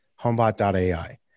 HomeBot.ai